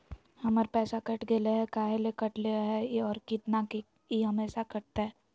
हमर पैसा कट गेलै हैं, काहे ले काटले है और कितना, की ई हमेसा कटतय?